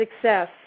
success